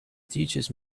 teaches